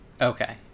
Okay